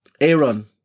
Aaron